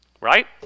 Right